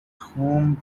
home